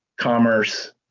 commerce